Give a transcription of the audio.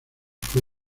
fue